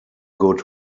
good